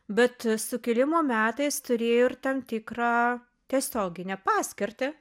bet sukilimo metais turėjo ir tam tikrą tiesioginę paskirtį